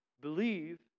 believe